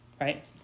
right